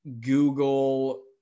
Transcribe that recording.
Google